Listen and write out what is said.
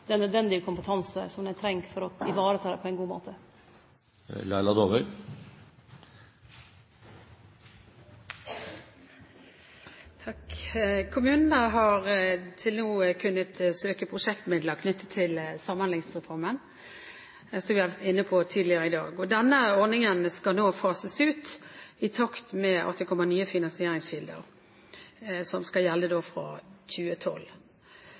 den nødvendige kompetansen som dei treng for å vareta det på ein god måte. Kommunene har til nå kunnet søke prosjektmidler knyttet til Samhandlingsreformen, som vi har vært inne på tidligere i dag. Den ordningen skal nå fases ut, i takt med at det kommer nye finansieringskilder som skal gjelde fra 2012.